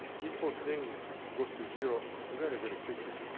this whole thing goes to zero very, very quickly.